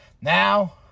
Now